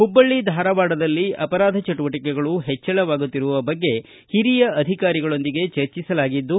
ಹುಬ್ಬಳ್ಳ ಧಾರವಾಡದಲ್ಲಿ ಅಪರಾಧ ಚಟುವಟಿಕೆಗಳು ಹೆಚ್ಚಳವಾಗುತ್ತಿರುವ ಬಗ್ಗೆ ಹಿರಿಯ ಅಧಿಕಾರಿಗಳೊಂದಿಗೆ ಚರ್ಚಿಸಲಾಗಿದ್ದು